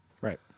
Right